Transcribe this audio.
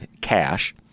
cash